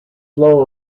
flow